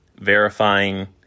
Verifying